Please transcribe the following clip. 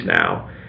now